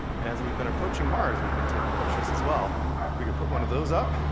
and as we've been approaching mars, we've been taking pictures as well. if we could put one of those up.